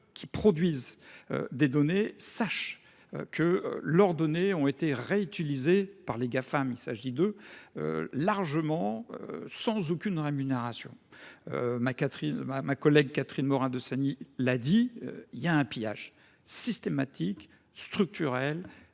qui produisent des données sachent que leurs données ont été réutilisées par les GAFAM, il s'agit d'eux, largement, sans aucune rémunération. Ma collègue Catherine Morin de Sany l'a dit, il y a un pillage systématique structurelle,